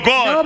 God